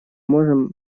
можем